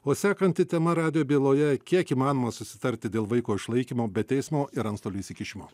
o sekanti tema radijo byloje kiek įmanoma susitarti dėl vaiko išlaikymo bet teismo ir antstolių įsikišimo